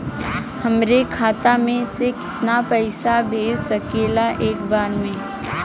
हमरे खाता में से कितना पईसा भेज सकेला एक बार में?